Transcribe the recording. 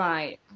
Right